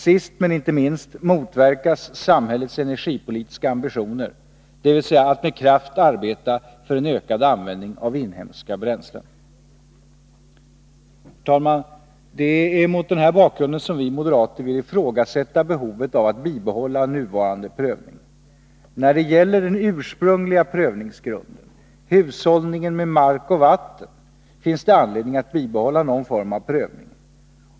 Sist men inte minst motverkas samhällets energipolitiska ambitioner, dvs. att med kraft arbeta för en ökad användning av inhemska bränslen. Herr talman! Det är mot denna bakgrund som vi moderater vill ifrågasätta behovet av att bibehålla nuvarande prövning. När det gäller den ursprungliga prövningsgrunden— hushållningen med mark och vatten — finns anledning att bibehålla någon form av prövning.